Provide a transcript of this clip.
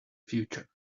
future